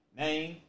name